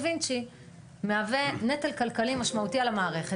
וינצ'י מהווה נטל כלכלי משמעותי על המערכת,